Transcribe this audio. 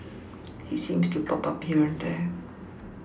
he seems to pop up here and there